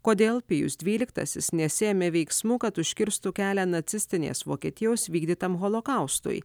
kodėl pijus dvyliktasis nesiėmė veiksmų kad užkirstų kelią nacistinės vokietijos vykdytam holokaustui